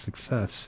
success